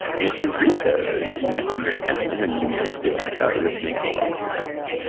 and if you read those, you might understand them and you might be like, oh, this makes a lot of sense,